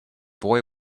boy